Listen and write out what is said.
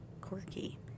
quirky